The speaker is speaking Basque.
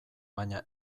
baina